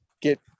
get –